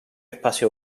espacio